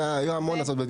היו על זה המון דיונים.